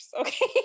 Okay